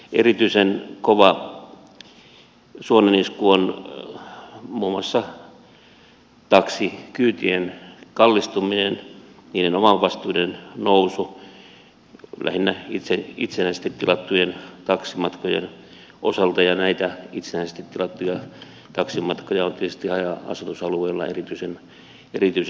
erityisen kova suonenisku on muun muassa taksikyytien kallistuminen niiden omavastuiden nousu lähinnä itsenäisesti tilattujen taksimatkojen osalta ja näitä itsenäisesti tilattuja taksimatkoja on tietysti haja asutusalueilla erityisen paljon